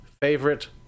favorite